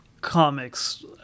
comics